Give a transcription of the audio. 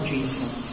Jesus